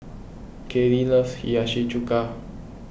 Kalie loves Hiyashi Chuka